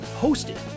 hosted